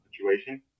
situation